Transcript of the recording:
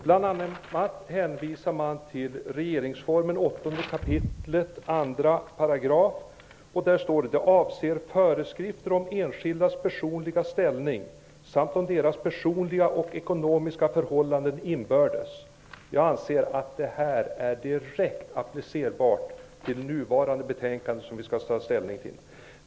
Bl.a. hänvisas till regeringsformen 8 kap. 2 §, där det heter att föreskrifter om enskildas personliga ställning samt om deras personliga och ekonomiska förhållanden inbördes meddelas genom lag. Jag anser att detta är direkt applicerbart på det betänkande som vi nu skall ta ställning till.